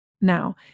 Now